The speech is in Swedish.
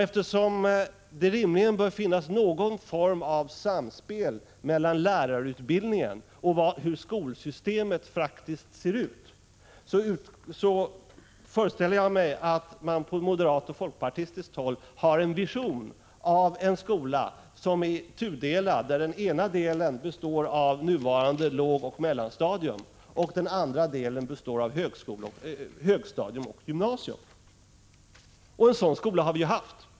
Eftersom det rimligen bör finnas någon form av samspel mellan lärarutbildningen och hur skolsystemet i praktiken ser ut, föreställer jag mig att man från moderat och folkpartistiskt håll har en vision om en skola som är tudelad. Den ena delen skulle bestå av det nuvarande lågoch mellanstadiet, och den andra av högstadium och gymnasium. En sådan skola har vi ju haft.